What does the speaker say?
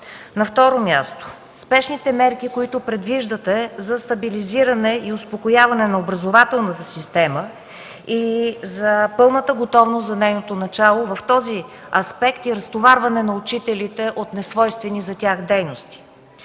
На второ място, спешните мерки, които предвиждате за стабилизиране и успокояване на образователната система и за пълната готовност за нейното начало, в този аспект и разтоварване на учителите от несвойствени за тях дейности.